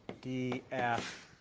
d, f,